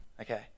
Okay